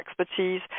expertise